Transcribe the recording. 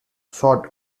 shot